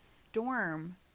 Storm